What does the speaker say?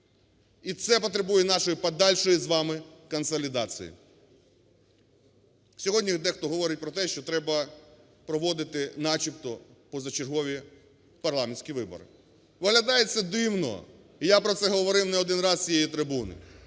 І це потребує нашої подальшої з вами консолідації. Сьогодні дехто говорить про те, що треба проводити начебто позачергові парламентські вибори. Виглядає це дивно, і я про це говорив не один раз з цієї трибуни,